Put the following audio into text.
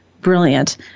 brilliant